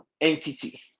entity